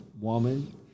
woman